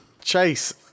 Chase